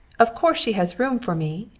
of course she has room for me,